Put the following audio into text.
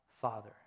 Father